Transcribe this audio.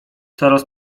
coraz